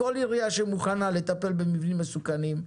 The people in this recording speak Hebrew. כל עירייה שמוכנה לטפל במבנים מסוכנים,